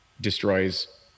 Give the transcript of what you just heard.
destroys